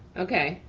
okay.